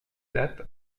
date